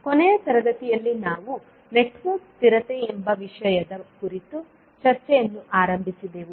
ಕೊನೆಯ ತರಗತಿಯಲ್ಲಿ ನಾವು ನೆಟ್ವರ್ಕ್ ಸ್ಥಿರತೆ ಎಂಬ ವಿಷಯದ ಕುರಿತು ಚರ್ಚೆಯನ್ನು ಆರಂಭಿಸಿದೆವು